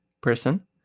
person